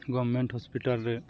government ହସ୍ପିଟାଲ୍ରେ